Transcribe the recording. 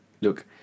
Look